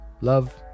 Love